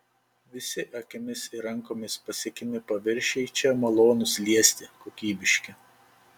visi akimis ir rankomis pasiekiami paviršiai čia malonūs liesti kokybiški